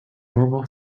normal